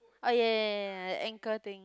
oh ya ya ya ya the anchor thing